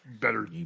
better